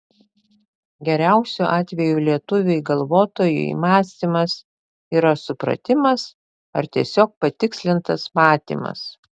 geriausiu atveju lietuviui galvotojui mąstymas yra supratimas ar tiesiog patikslintas matymas